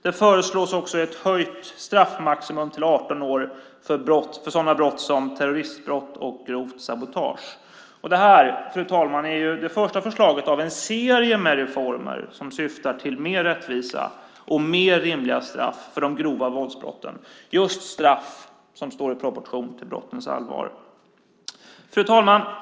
Det föreslås också ett höjt straffmaximum till 18 år för sådana brott som terroristbrott och grovt sabotage. Detta, fru talman, är de första förslagen i en serie reformer som syftar till mer rättvisa och rimligare straff för de grova våldsbrotten. Straffen ska stå i proportion till brottens allvar.